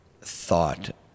thought